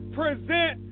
present